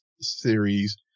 series